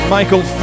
Michael